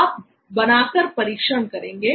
आप बनाकर परीक्षण करेंगे